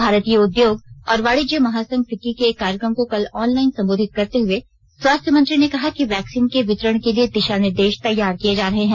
भारतीय उद्योग और वाणिज्य महासंघ फिक्की के एक कार्यक्रम को कल ऑनलाइन संबोधित करते हुए स्वास्थ्य मंत्री ने कहा कि वैक्सीन के वितरण के लिए दिशा निर्देश तैयार किए जा रहे हैं